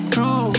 True